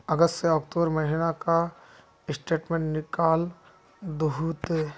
अगस्त से अक्टूबर महीना का स्टेटमेंट निकाल दहु ते?